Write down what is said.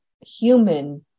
human